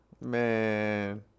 Man